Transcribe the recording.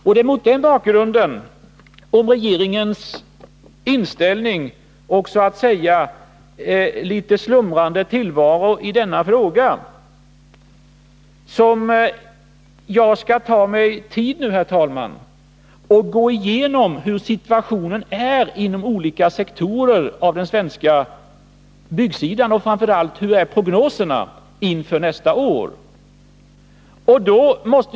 Det är mot den bakgrunden och med hänsyn till regeringens litet slumrande tillvaro i denna fråga som jag skall ta mig tid nu, herr talman, att gå igenom hur situationen är inom olika sektorer av den svenska byggnadsmarknaden och framför allt vilka prognoserna inför nästa år är.